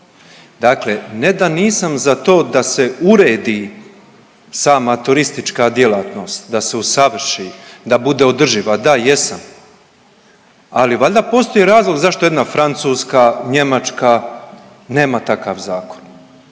Dakle, ne da nisam za to da se uredi sama turistička djelatnost, da se usavrši, da bude održiva, da jesam, ali valjda postoji razlog zašto jedna Francuska, Njemačka nema takav zakon,